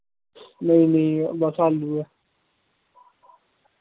नेईं नेईं बस आलू गै